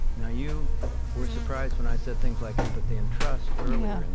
now, you were surprised when i said things like empathy and trust earlier, and